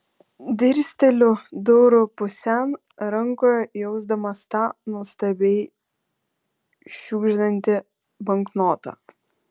dirsteliu durų pusėn rankoje jausdamas tą nuostabiai šiugždantį banknotą